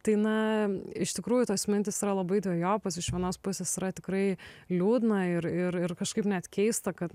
tai na iš tikrųjų tos mintys yra labai dvejopos iš vienos pusės yra tikrai liūdna ir ir ir kažkaip net keista kad